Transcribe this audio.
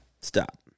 Stop